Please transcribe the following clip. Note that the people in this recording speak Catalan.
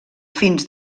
fins